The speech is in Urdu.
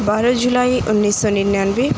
بارہ جولائی اُنیس سو ننانوے